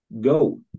Go